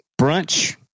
Brunch